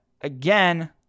Again